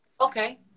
okay